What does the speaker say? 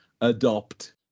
adopt